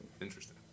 Interesting